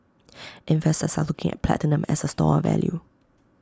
investors are looking at platinum as A store of value